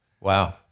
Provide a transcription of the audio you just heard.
Wow